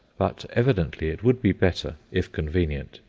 but evidently it would be better, if convenient,